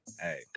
Hey